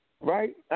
Right